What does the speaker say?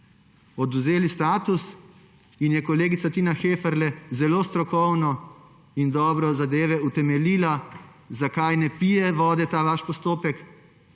odvzeli status. Kolegica Tina Heferle je zelo strokovno in dobro zadeve utemeljila, zakaj ne pije vode ta vaš postopek,